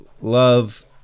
love